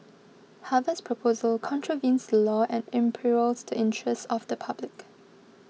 Harvard's proposal contravenes the law and imperils the interest of the public